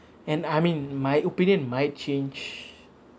and I mean my opinion might change